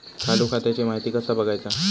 चालू खात्याची माहिती कसा बगायचा?